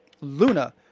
Luna